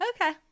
Okay